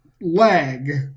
leg